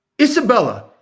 Isabella